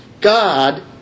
God